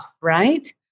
right